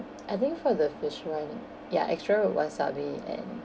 I think for the fish [one] ya extra wasabi and